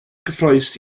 gyffrous